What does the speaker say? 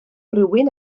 rywun